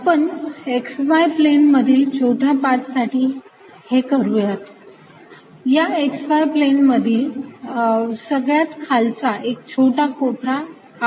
आपण x y plane मधील छोट्या पाथ साठी आपण हे करूयात या x y प्लेन मधील सगळ्यात खालचा एक छोटा कोपरा घेऊयात